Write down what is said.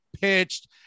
pitched